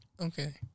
Okay